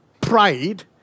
pride